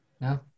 No